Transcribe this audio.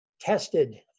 Tested